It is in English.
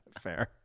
Fair